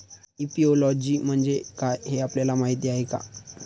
Apiology म्हणजे काय, हे आपल्याला माहीत आहे का?